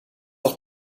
auch